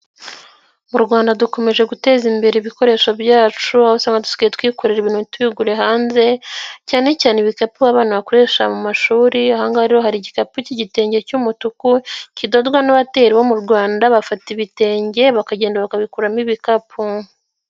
Mu Rwanda dukomeje guteza imbere ibikoresho byacu aho usanga dusigaye twikorera ibintu ntitubigure hanze, cyane cyane ibikapu abana bakoresha mu mashuri ahangaho rero hari igikapu cy'igitenge cy'umutuku kidorwa n'abateri bo mu Rwanda bafata ibitenge bakagenda bakabikuramo ibikapu.